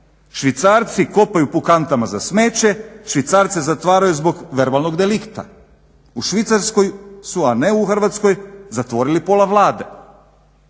Švicarci kopaju po kantama za smeće, Švicarce zatvaraju zbog verbalnog delikta. U Švicarskoj su a ne u Hrvatskoj zatvorili pola Vlade.